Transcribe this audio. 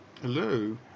Hello